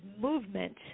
movement